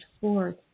forth